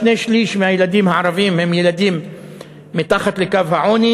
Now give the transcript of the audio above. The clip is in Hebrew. שני-שלישים מהילדים הערבים הם מתחת לקו העוני,